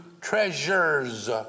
treasures